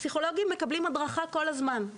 פסיכולוגים מקבלים הדרכה כל הזמן,